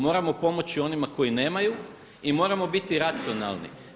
Moramo pomoći onima koji nemaju i moramo biti racionalni.